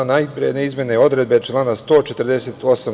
Najpre na izmene odredbe člana 148.